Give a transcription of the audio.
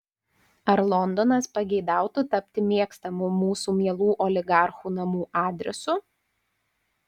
ar londonas pageidautų tapti mėgstamu mūsų mielų oligarchų namų adresu